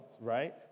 right